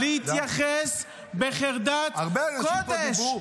הרופאים צריכים להתייחס בחרדת קודש,